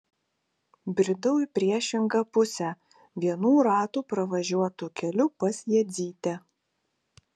bridau į priešingą pusę vienų ratų pravažiuotu keliu pas jadzytę